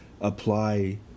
apply